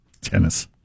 Tennis